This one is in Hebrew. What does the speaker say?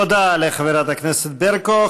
תודה לחברת הכנסת ברקו.